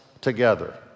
together